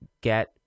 get